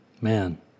Man